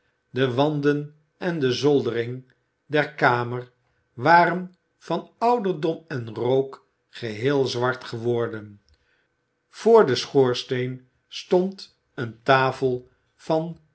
de wanden en de zoldering der kamer waren van ouderdom en rook geheel zwart geworden voor den schoorsteen stond eene tafel